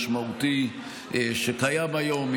משמעותי מאוד שקיים היום.